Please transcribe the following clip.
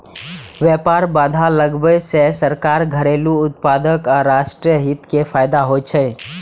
व्यापार बाधा लगाबै सं सरकार, घरेलू उत्पादक आ राष्ट्रीय हित कें फायदा होइ छै